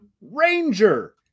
ranger